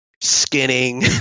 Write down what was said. skinning